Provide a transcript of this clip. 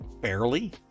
barely